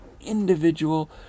individual